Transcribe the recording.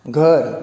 घर